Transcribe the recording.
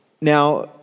Now